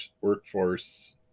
workforce